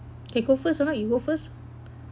okay go first or not you go first